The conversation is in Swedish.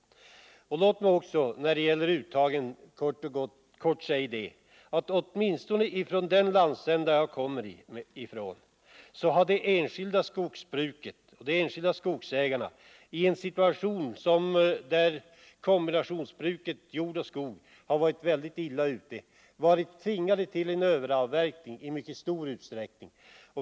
När det gäller uttagen vill jag kort och gott säga att åtminstone i den landsända som jag kommer ifrån har de enskilda skogsägarna —i en situation då kombinationsbruket med jord och skog har varit illa ute — varit tvingade till överavverkning i mycket stor utsträckning.